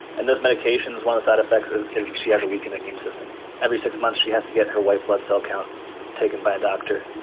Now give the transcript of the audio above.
and those medications, one of the side effects, is is she has a weakened immune system. every six months she has to get her white blood cell count taken by a doctor.